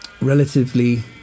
Relatively